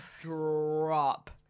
drop